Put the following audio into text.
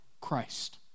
Christ